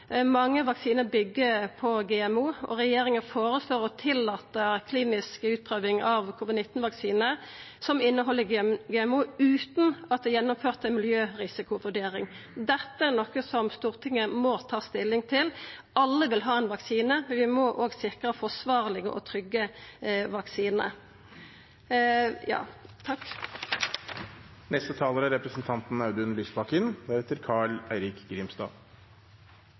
Mange vaksinar byggjer på GMO, og regjeringa føreslår å tillata klinisk utprøving av covid-19-vaksine, som inneheld GMO, utan at det er gjennomført ei miljørisikovurdering. Dette er noko som Stortinget må ta stilling til. Alle vil ha ein vaksine, men vi må òg sikra ansvarlege og trygge